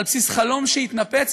על בסיס חלום שהתנפץ,